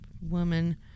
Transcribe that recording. Woman